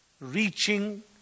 reaching